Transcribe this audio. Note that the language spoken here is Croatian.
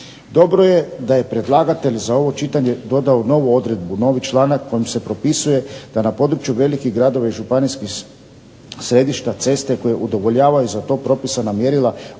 Dobro je da je predlagatelj za ovo čitanje dodao novu odredbu, novi članak kojim se propisuje da na području velikih gradova i županijskih središta ceste koje udovoljavaju za to propisana mjerila ostaju